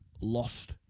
lost